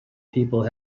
people